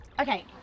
okay